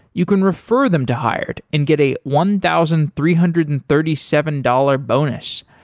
you can refer them to hired and get a one thousand three hundred and thirty seven dollars bonus.